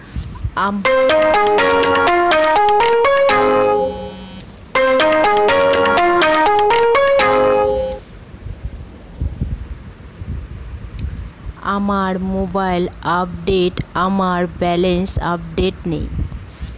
আমার মোবাইল অ্যাপে আমার ব্যালেন্স আপডেটেড নেই